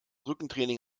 rückentraining